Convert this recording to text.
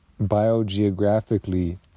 biogeographically